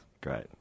Great